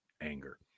anger